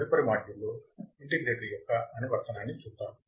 తదుపరి మాడ్యూల్లో ఇంటిగ్రేటర్ యొక్క అనువర్తనాన్ని చూద్దాం